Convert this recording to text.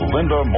Linda